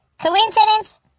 Coincidence